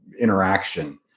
interaction